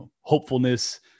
hopefulness